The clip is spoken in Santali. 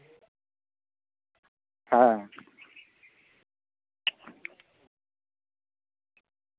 ᱦᱮᱸ